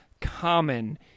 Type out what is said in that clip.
common